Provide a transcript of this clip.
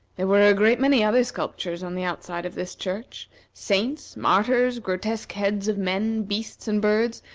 there were a great many other sculptures on the outside of this church saints, martyrs, grotesque heads of men, beasts, and birds,